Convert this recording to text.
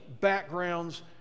backgrounds